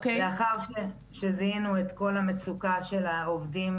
לאחר שזיהינו את קול המצוקה של העובדים,